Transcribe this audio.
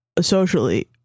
socially